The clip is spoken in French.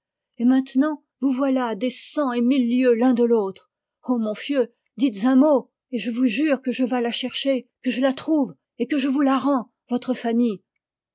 et maintenant vous voilà à des cent et mille lieues l'un de l'autre ô mon fieu dites un mot et je vous jure que je vas la chercher que je la trouve et que je vous la rends votre